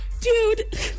dude